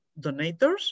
donators